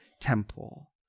temple